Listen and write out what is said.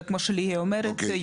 וכמו שליהי אומרת.